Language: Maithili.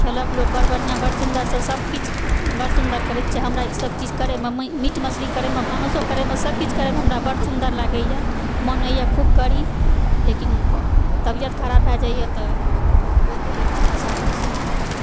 खेलक लोक बड्ड बढ़िऑं बड्ड सुन्दर सऽ सब किछ बड्ड सुन्दर करै छै हमरा ई सब चीज करै मे मीट मछली करय मे भानसो करय मे सबकिछु करय मे हमरा बड्ड सुन्दर लागैया मोन होइए खूब करि लेकिन तबियत खराब भय जाइए तऽ ओहिके लेल हम न सॉरी छी माफ करबे